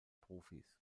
profis